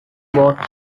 boat